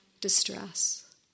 distress